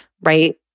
right